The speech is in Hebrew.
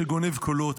שגונב קולות.